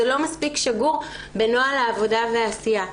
לא מספיק שיגור בנוהל העבודה והעשייה.